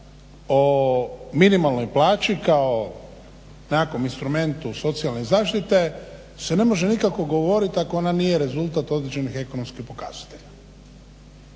o minimalnoj plaći kao nekakvom instrumentu socijalne zaštite se ne može nikako govoriti ako ona nije rezultat određenih ekonomskih pokazatelja.